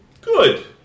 good